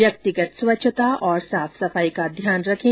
व्यक्तिगत स्वच्छता और साफ सफाई का ध्यान रखें